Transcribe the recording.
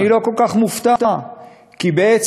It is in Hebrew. אני לא כל כך מופתע, כי בעצם,